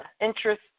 interest